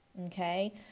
Okay